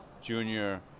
junior